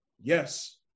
Yes